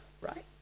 right